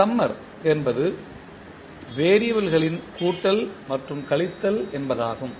summer என்பது வெறியபிள்களின் கூட்டல் மற்றும் கழித்தல் என்பதாகும்